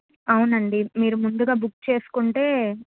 అవునండి మీరు ముందుగా బుక్ చేసుకుంటే